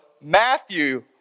Matthew